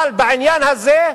אבל בעניין הזה,